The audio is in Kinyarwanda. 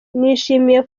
nishimiye